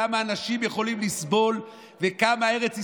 כמה אנשים יכולים לסבול וכמה ארץ ישראל,